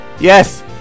Yes